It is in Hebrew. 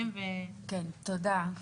כן, תודה.